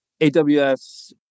AWS